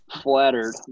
flattered